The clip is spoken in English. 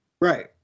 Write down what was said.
Right